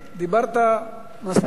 דיברת מספיק.